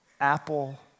apple